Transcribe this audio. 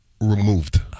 removed